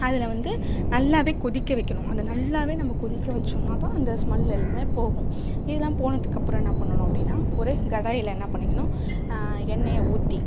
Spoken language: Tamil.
அதில் வந்து நல்லாவே கொதிக்க வைக்கணும் அந்த நல்லாவே நம்ப கொதிக்க வச்சோம்னா தான் அந்த ஸ்மெல் எல்லாமே போகும் இதெலாம் போனத்துக்கப்புறம் என்ன பண்ணணும் அப்படின்னா ஒரு கடாயில் என்ன பண்ணிக்கணும் எண்ணெயை ஊற்றி